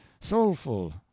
soulful